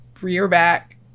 rear-back